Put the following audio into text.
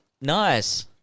Nice